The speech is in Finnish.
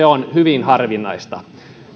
on hyvin harvinaista